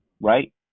right